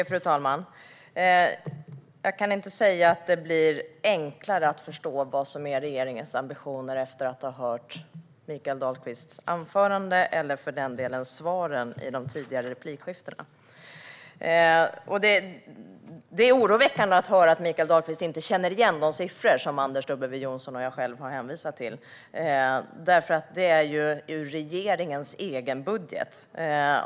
Fru talman! Jag kan inte säga att blir enklare att förstå vad som är regeringens ambitioner efter att ha hört Mikael Dahlqvists anförande eller för den delen svaren i de tidigare replikskiftena. Det är oroväckande att höra att Mikael Dahlqvist inte känner igen de siffror som Anders W Jonsson och jag själv har hänvisat till, för de kommer från regeringens egen budget.